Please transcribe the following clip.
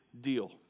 deal